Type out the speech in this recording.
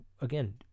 Again